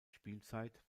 spielzeit